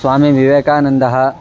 स्वामी विवेकानन्दः